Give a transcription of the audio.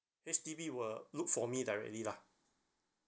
H_D_B will look for me directly lah